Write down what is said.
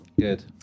Good